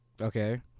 Okay